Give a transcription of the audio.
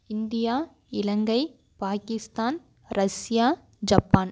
India Ilangai Pakistan Russia Japan